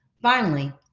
finally,